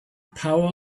power